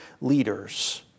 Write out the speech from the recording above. leaders